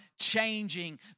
changing